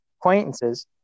acquaintances